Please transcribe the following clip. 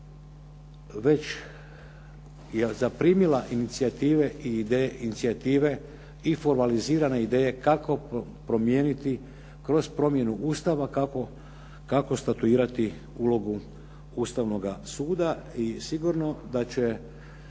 već je zaprimila inicijative i formalizirane ideje kako promijeniti kroz promjenu Ustava, kako statuirati ulogu Ustavnoga suda. I sigurno da će